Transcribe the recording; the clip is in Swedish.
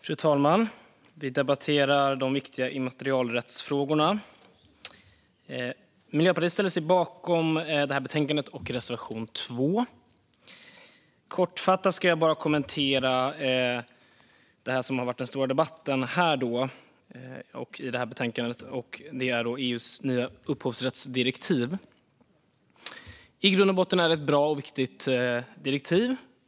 Fru talman! Vi debatterar de viktiga immaterialrättsfrågorna. Miljöpartiet ställer sig bakom reservation 2 i betänkandet. Jag ska kortfattat kommentera det som har varit den stora debatten i detta betänkande, nämligen EU:s nya upphovsrättsdirektiv. I grund och botten är detta ett bra och viktigt direktiv.